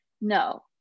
No